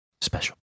special